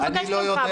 אני מבקשת ממך,